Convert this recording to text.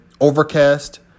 Overcast